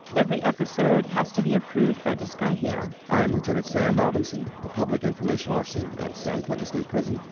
every episode has to be approved by this guy here i am lieutenant sam robinson, the public information officer at san quentin state prison,